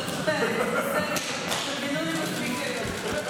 פרגנו לי מספיק היום.